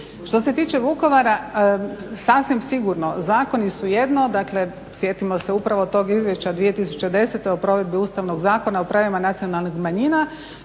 Što se tiče Vukovara sasvim sigurno zakoni su jedno, dakle sjetimo se upravo tog Izvješća 2010. o provedbi Ustavnog zakona o pravima nacionalnih manjina